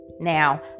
Now